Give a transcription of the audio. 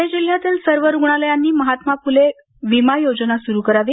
पूणे जिल्ह्यातील सर्व रुग्णालयांनी महात्मा फूले विमा योजना सुरू करावी